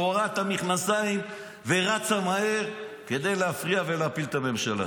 קורעת את המכנסיים ורצה מהר כדי להפריע ולהפיל את הממשלה.